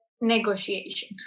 negotiation